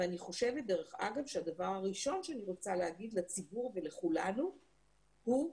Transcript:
ואני חושבת שהדבר הראשון שאני רוצה להגיד לציבור ולכולנו הוא: